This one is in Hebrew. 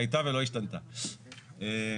אני אומר,